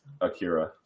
Akira